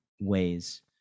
ways